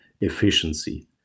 efficiency